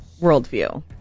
worldview